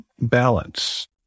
balance